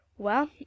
Well